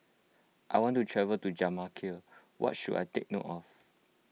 I want to travel to Jamaica what should I take note of